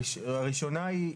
הראשונה היא,